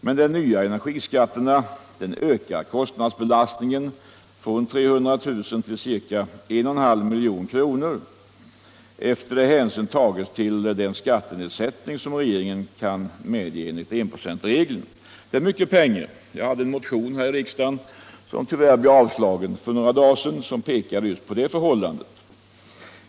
Med de nya energiskatterna ökar kostnadsbelastningen på 300 000 till ca 1,5 milj.kr. efter det att hänsyn tagits till den skattenedsättning som regeringen kan medge enligt enprocentsregeln. Det är mycket pengar. Jag hade en motion här i riksdagen som tyvärr avslogs för några dagar sedan och som pekade just på det förhållandet.